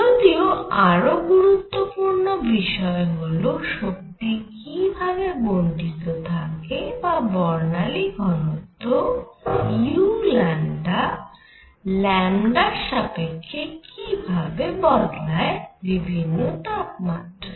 যদিও আরও গুরত্বপূর্ণ বিষয় হল শক্তি কি ভাবে বণ্টিত থাকে বা বর্ণালী ঘনত্ব u র সাপেক্ষ্যে কি ভাবে বদলায় বিভিন্ন তাপমাত্রায়